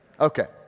Okay